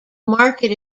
market